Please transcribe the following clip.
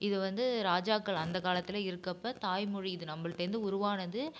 இது வந்து ராஜாக்கள் அந்தக் காலத்துலேயே இருக்கப்போ தாய்மொழி இது நம்மள்ட்டேந்து உருவானது